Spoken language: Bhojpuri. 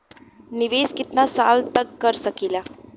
निवेश कितना साल तक कर सकीला?